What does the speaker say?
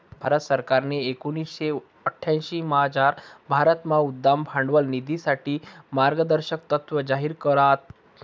भारत सरकारनी एकोणीशे अठ्यांशीमझार भारतमा उद्यम भांडवल निधीसाठे मार्गदर्शक तत्त्व जाहीर करात